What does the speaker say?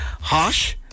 Harsh